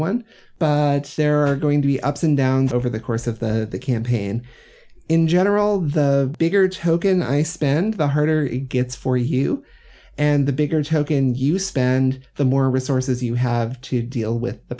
one but there are going to be ups and downs over the course of the campaign in general the bigger token i spend the harder it gets for you and the bigger token you spend the more resources you have to deal with the